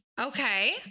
Okay